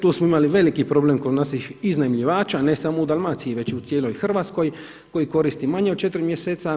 Tu smo imali veliki problem kod naših iznajmljivača, ne samo u Dalmaciji već i u cijeloj Hrvatskoj koji koristi manje od 4 mjeseca.